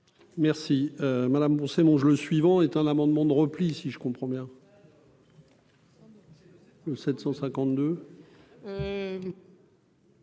Merci madame c'est mon jeu le suivant est un amendement de repli si je comprends bien. Au mois